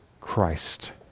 Christ